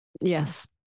Yes